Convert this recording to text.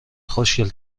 خوشگل